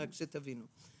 רק שתבינו.